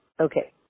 Okay